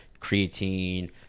creatine